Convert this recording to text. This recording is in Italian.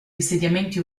insediamenti